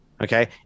Okay